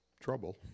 trouble